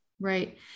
Right